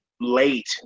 late